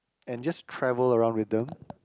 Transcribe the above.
and just travel around with them